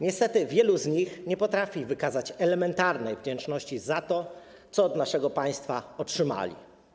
Niestety wielu z nich nie potrafi wykazać elementarnej wdzięczności za to, co od naszego państwa otrzymali.